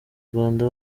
rwanda